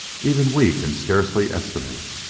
even we can scarcely estimate.